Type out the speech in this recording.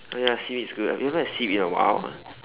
oh ya seaweed's good I haven't eaten seaweed in a while